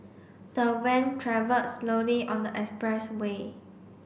the van travelled slowly on the expressway